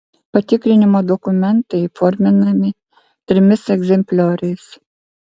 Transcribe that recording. patikrinimo dokumentai įforminami trimis egzemplioriais